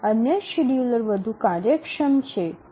અન્ય શેડ્યુલર વધુ કાર્યક્ષમ છે